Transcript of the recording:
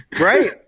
right